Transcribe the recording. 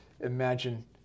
imagine